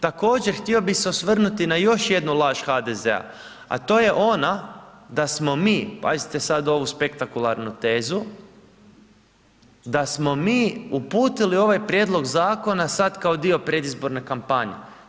Također, htio bih se osvrnuti na još jednu laž HDZ-a, a to je ona da smo mi, pazite sad ovu spektakularnu tezu, da smo mi uputili ovaj prijedlog zakona sad kao dio predizborne kampanje.